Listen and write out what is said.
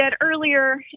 earlier